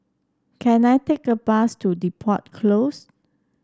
can I take a bus to Depot Close